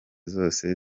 zose